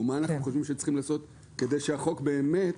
או מה אנחנו חושבים שצריכים לעשות כדי שהחוק באמת